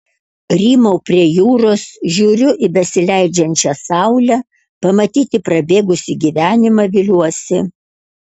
rymau prie jūros žiūriu į besileidžiančią saulę pamatyti prabėgusį gyvenimą viliuosi